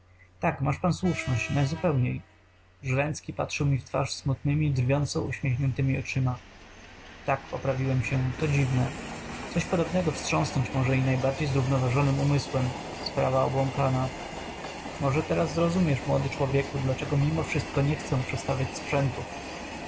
tak masz pan słuszność najzupełniej żręcki patrzył mi w twarz smutnemi drwiąco uśmiechniętemi oczyma tak poprawiłem się to dziwne coś podobnego wstrząsnąć może i najbardziej zrównoważonym umysłem sprawa obłąkana może teraz zrozumiesz młody człowieku dlaczego mimo wszystko nie chcę przestawiać sprzętów